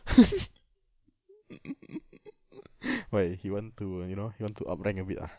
why he want to you know he want to up rank a bit ah